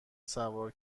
سوار